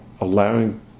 allowing